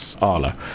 arla